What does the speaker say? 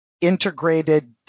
integrated